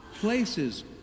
places